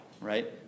right